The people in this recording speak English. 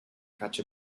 catch